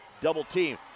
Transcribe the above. double-team